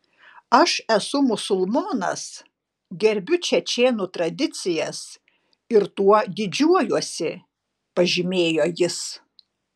aš esu musulmonas gerbiu čečėnų tradicijas ir tuo didžiuojuosi pažymėjo jis